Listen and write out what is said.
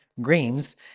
greens